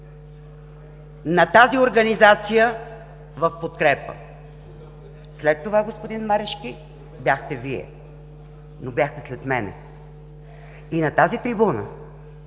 на тази организация. След това, господин Марешки, бяхте Вие, но бяхте след мен. И на тази трибуна,